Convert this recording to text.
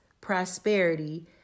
prosperity